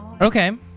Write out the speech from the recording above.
Okay